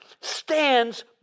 stands